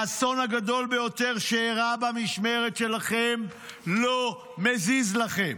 האסון הגדול ביותר שאירע במשמרת שלכם לא מזיז לכם.